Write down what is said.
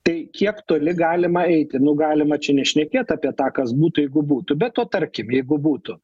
tai kiek toli galima eiti nu galima čia nešnekėt apie tą kas būtų jeigu būtų bet o tarkim jeigu būtų